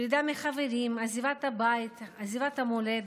פרידה מחברים, עזיבת בית, עזיבת המולדת.